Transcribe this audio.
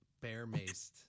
Bear-maced